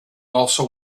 also